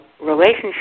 relationship